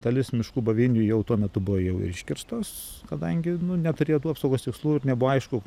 dalis miškų buveinių jau tuo metu buvo jau iškirstos kadangi neturėjo tų apsaugos tikslų ir nebuvo aišku